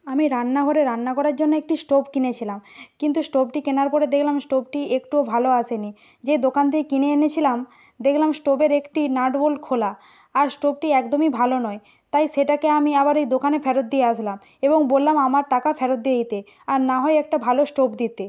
আমি রান্নাঘরে রান্না করার জন্য একটি স্টোভ কিনেছিলাম কিন্তু স্টোভটি কেনার পরে দেখলাম স্টোভটি একটুও ভালো আসেনি যেই দোকান থেকে কিনে এনেছিলাম দেখলাম স্টোভের একটি নাটবোল্ট খোলা আর স্টোভটি একদমই ভালো নয় তাই সেটাকে আমি আবার ওই দোকানে ফেরত দিয়ে আসলাম এবং বললাম আমার টাকা ফেরত দিয়ে দিতে আর না হয় একটা ভালো স্টোভ দিতে